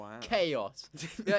chaos